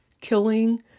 killing